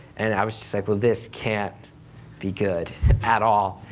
and i was just like well, this can't be good at all.